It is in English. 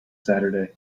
saturday